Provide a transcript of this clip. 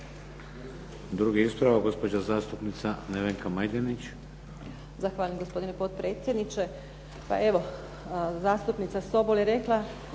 Drugi ispravak, gospođa zastupnica Nevenka Majdenić. **Majdenić, Nevenka (HDZ)** Zahvaljujem gospodine potpredsjedniče. Pa evo, zastupnica Sobol je rekla